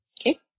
Okay